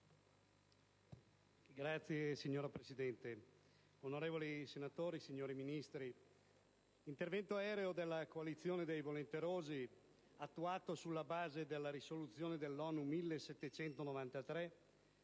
*(CN)*. Signora Presidente, onorevoli senatori, signori Ministri, l'intervento aereo della coalizione dei volenterosi, attuato sulla base della risoluzione dell'ONU n.